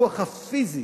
לטיפוח הפיזי